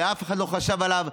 שאף אחד לא חשב עליו.